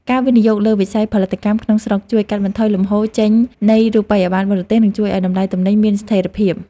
ការវិនិយោគលើវិស័យផលិតកម្មក្នុងស្រុកជួយកាត់បន្ថយលំហូរចេញនៃរូបិយប័ណ្ណបរទេស និងជួយឱ្យតម្លៃទំនិញមានស្ថិរភាព។